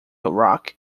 rock